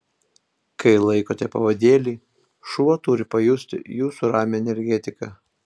kai laikote pavadėlį šuo turi pajausti jūsų ramią energetiką